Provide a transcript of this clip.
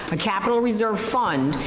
a capital reserve fund,